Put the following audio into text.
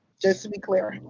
just to be clear.